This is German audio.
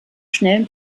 schnellen